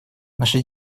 наша